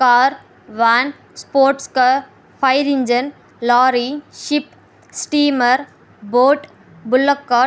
car van sports car fire engine lorry ship steamer boat bullock cart